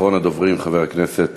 אחרון הדוברים, חבר הכנסת